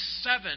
seven